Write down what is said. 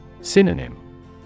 Synonym